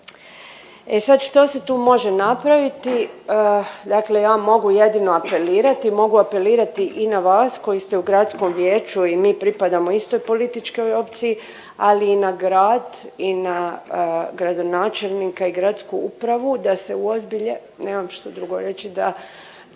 E sad što se tu može napraviti, dakle ja mogu jedino apelirati, mogu apelirati i na vas koji ste u gradskom vijeću a i mi pripadamo istoj političkoj opciji, ali i na grad i na gradonačelnika i na gradsku upravu da se uozbilje. Nemam što drugo reći, da